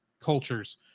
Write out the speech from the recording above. cultures